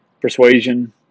persuasion